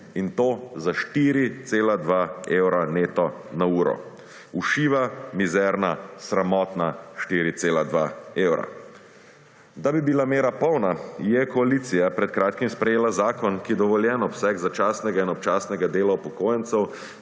In to za 4,2 evra neto na uro. Ušiva, mizerna, sramotna 4,2 evra. Da bi bila mera polna je koalicija pred kratkim sprejela zakon, ki dovoljen obseg začasnega in občasnega dela upokojencev